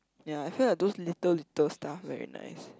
ya I feel like those little little stuff very nice